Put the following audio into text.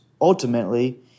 Ultimately